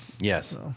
yes